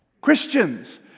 Christians